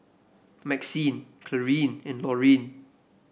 Maxine Clarine and Lorine